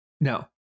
No